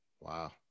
Wow